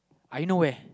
I know where